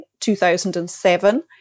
2007